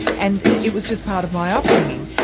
and it was just part of my upbringing.